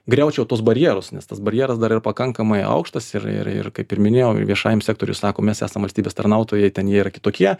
griaučiau tuos barjerus nes tas barjeras dar ir pakankamai aukštas ir ir kaip ir minėjau viešajam sektoriui sako mes esam valstybės tarnautojai ten jie yra kitokie